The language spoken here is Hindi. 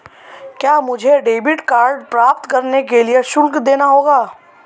क्या मुझे डेबिट कार्ड प्राप्त करने के लिए शुल्क देना होगा?